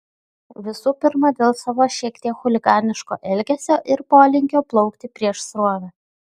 visų pirma dėl savo šiek tiek chuliganiško elgesio ir polinkio plaukti prieš srovę